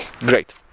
great